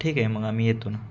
ठीक आहे मग आम्ही येतो ना